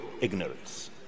ignorance